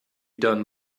done